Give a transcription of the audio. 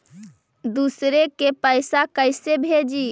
दुसरे के पैसा कैसे भेजी?